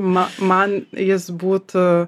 na man jis būtų